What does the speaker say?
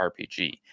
RPG